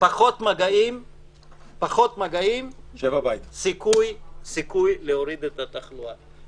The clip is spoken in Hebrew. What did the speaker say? פחות מגיעים יגבירו את הסיכוי להוריד את אחוזי התחלואה.